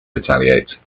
retaliate